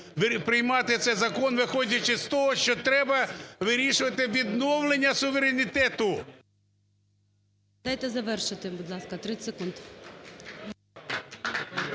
приймати цей закон, виходячи з того, що треба вирішувати відновлення суверенітету! (Оплески) ГОЛОВУЮЧИЙ. Дайте завершити, будь ласка, 30 секунд.